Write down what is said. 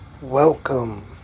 welcome